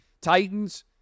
Titans